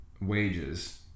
wages